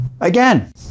Again